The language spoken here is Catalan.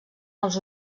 els